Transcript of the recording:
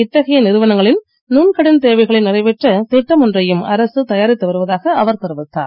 இத்தகைய நிறுவனங்களின் நுண் கடன் தேவைகளை நிறைவேற்ற திட்டம் ஒன்றையும் அரசு தயாரித்து வருவதாக அவர் தெரிவித்தார்